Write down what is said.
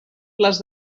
les